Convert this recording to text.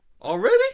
Already